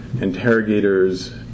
interrogators